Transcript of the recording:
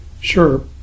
Sure